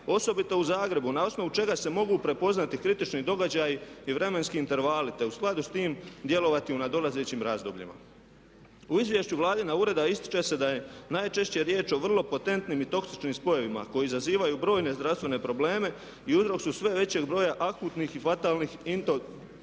osobito u Zagrebu, na osnovu čega se mogu prepoznati kritični događaji i vremenski intervali te u skladu s tim djelovati u nadolazećim razdobljima. U izvješću Vladina ureda ističe se da je najčešće riječ o vrlo potentnim i toksičnim spojevima koji izazivaju brojne zdravstvene probleme i uzrok su sve većeg broja akutnih i fatalnih intoksikacija